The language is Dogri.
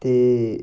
ते